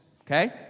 okay